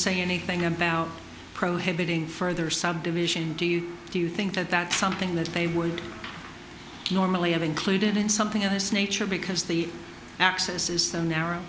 say anything about prohibiting further subdivision do you do you think that that's something that they would normally have included in something of this nature because the access is so narrow